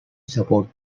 support